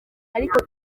ariko